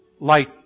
light